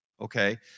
Okay